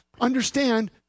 understand